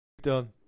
Done